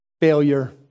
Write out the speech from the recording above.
Failure